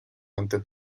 ante